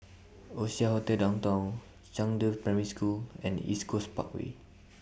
Oasia Hotel Downtown Zhangde Primary School and East Coast Parkway